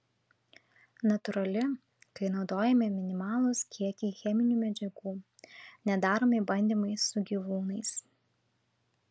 natūrali kai naudojami minimalūs kiekiai cheminių medžiagų nedaromi bandymai su gyvūnais